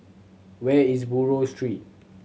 where is Buroh Street